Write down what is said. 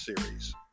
series